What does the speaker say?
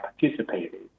participated